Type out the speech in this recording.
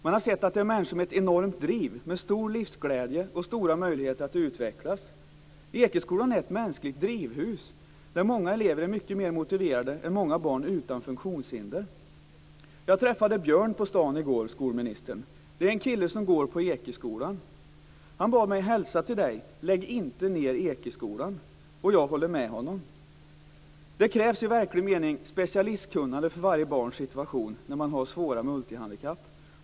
Man har sett att det är människor med ett enormt driv, men stor livsglädje och stora möjligheter att utvecklas. Ekeskolan är ett mänskligt drivhus där många elever är mycket mer motiverade än många barn utan funktionshinder. Jag träffade Björn på stan i går, skolministern. Det är en kille som går på Ekeskolan. Han bad mig hälsa: Lägg inte ned Ekeskolan! Och jag håller med honom. Det krävs ett i verklig mening specialistkunnande för varje barns situation när man har svåra multihandikapp.